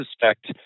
suspect